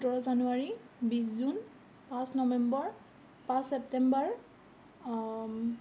সোতৰ জানুৱাৰী বিছ জুন পাঁচ নৱেম্বৰ পাঁচ ছেপ্টেম্বৰ